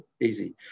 Easy